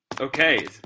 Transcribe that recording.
okay